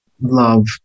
love